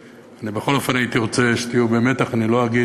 אני בכל אופן הייתי רוצה שתהיו במתח אני לא אגיד